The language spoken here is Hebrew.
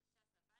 התש"ס-2000,